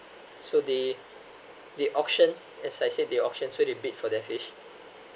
so they the auction as I said the auction so they bid for their fish